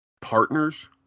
partners